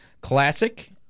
classic